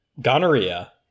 gonorrhea